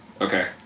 Okay